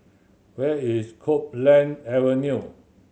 where is Copeland Avenue